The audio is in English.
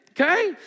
okay